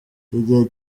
igihe